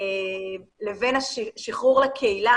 לבין השחרור לקהילה,